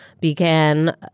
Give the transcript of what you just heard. began